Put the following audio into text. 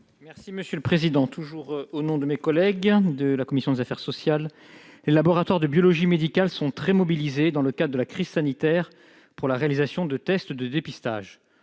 une nouvelle fois la parole au nom de mes collègues de la commission des affaires sociales. Les laboratoires de biologie médicale sont très mobilisés, dans le cadre de la crise sanitaire, pour la réalisation de tests de dépistage.